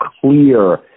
Clear